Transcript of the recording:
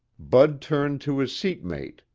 bud turned to his seatmate,